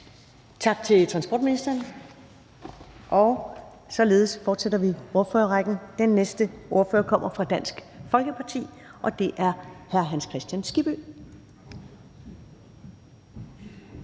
Tak til transportministeren. Således fortsætter vi ordførerrækken, og den næste ordfører kommer fra Dansk Folkeparti, og det er hr. Hans Kristian Skibby.